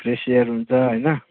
Frasier हुन्छ होइन